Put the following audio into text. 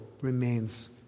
remains